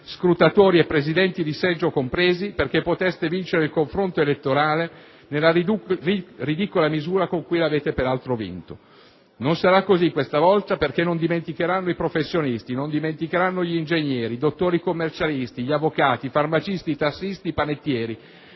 (scrutatori e presidenti di seggio compresi), perché poteste vincere il confronto elettorale, nella ridicola misura con cui l'avete peraltro vinto. Non sarà così questa volta, perché non dimenticheranno i professionisti, non dimenticheranno gli ingegneri, i dottori commercialisti, gli avvocati, i farmacisti, i tassisti, i panettieri,